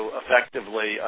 effectively